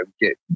get